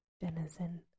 denizen